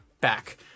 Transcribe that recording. back